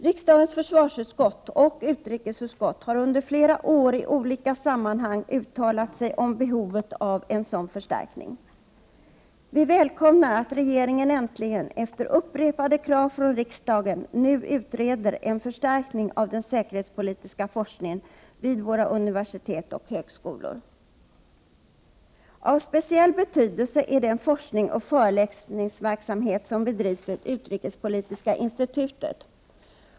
Riksdagens försvarsutskott och utrikesutskott har under flera år i olika sammanhang uttalat sig om behovet av en sådan förstärkning. Vi välkomnar att regeringen äntligen, efter upprepade krav från riksdagen, nu utreder en förstärkning av den säkerhetspolitiska forskningen vid våra universitet och högskolor. Av speciell betydelse är den forskningsoch föreläsningsverksamhet som bedrivs vid Utrikespolitiska institutet.